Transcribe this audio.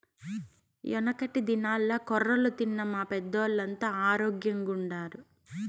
యెనకటి దినాల్ల కొర్రలు తిన్న మా పెద్దోల్లంతా ఆరోగ్గెంగుండారు